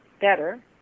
better